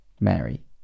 mary